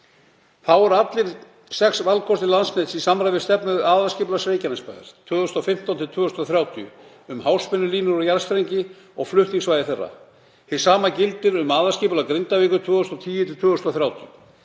Þá eru allir sex valkostir Landsnets í samræmi við stefnu aðalskipulags Reykjanesbæjar 2015–2030 um háspennulínur og jarðstrengi og flutningssvæði þeirra. Hið sama gildir um aðalskipulag Grindavíkur 2010–2030.